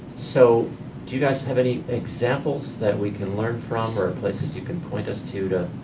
so do you guys have any examples that we can learn from, or places you can point us to to